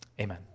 Amen